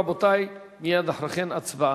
רבותי, מייד אחרי כן הצבעה.